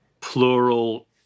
plural